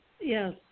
Yes